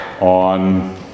on